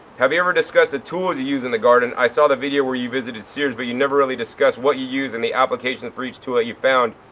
have you ever discussed the tools you use in the garden? i saw the video where you visited sears but you never really discuss what you use and the application for each tool that you found.